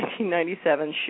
1997